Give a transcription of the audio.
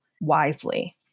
wisely